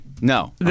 No